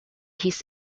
his